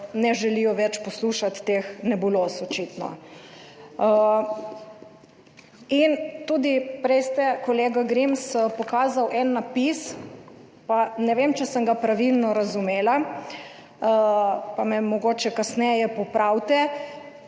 ne želijo več poslušati teh nebuloz očitno. In tudi prej ste, kolega Grims, pokazal en napis, pa ne vem, če sem ga pravilno razumela, pa me mogoče kasneje popravite,